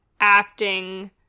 acting